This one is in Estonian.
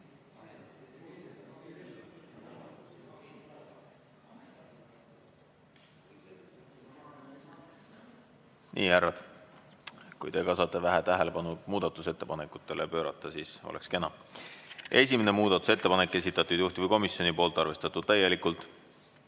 Härrad, kui te ka saate tähelepanu muudatusettepanekutele pöörata, siis oleks kena. Esimene muudatusettepanek, esitatud juhtivkomisjoni poolt, arvestatud täielikult.